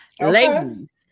Ladies